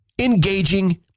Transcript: engaging